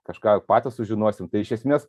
kažką patys sužinosim tai iš esmės